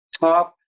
Top